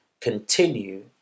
continue